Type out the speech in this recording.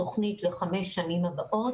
תוכנית לחמש השנים הבאות,